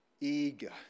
Eager